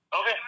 Okay